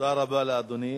תודה רבה לאדוני.